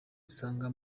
asanga